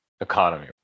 economy